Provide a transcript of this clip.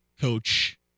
coach